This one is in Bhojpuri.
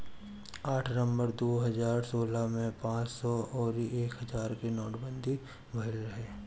आठ नवंबर दू हजार सोलह में पांच सौ अउरी एक हजार के नोटबंदी भईल रहे